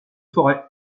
forêts